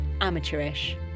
amateurish